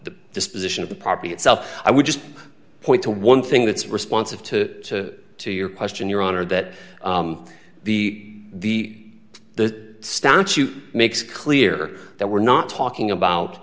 the disposition of the property itself i would just point to one thing that's responsive to your question your honor that the the the statute makes clear that we're not talking about